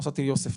נסעתי ליוספטל,